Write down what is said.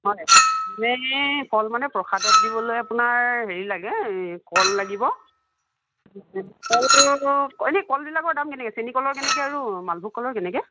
হয় ফল মানে প্ৰসাদত দিবলৈ আপোনাৰ হেৰি লাগে এই কল লাগিব এনে কল বিলাকৰ দাম কেনেকৈ চেনী কলৰ কেনেকৈ আৰু মালভোগ কলৰ কেনেকৈ